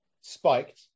spiked